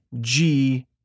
G-